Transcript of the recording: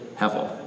hevel